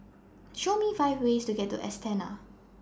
Show Me five ways to get to Astana